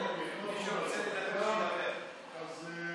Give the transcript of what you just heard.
מי שרוצה לדבר, שידבר.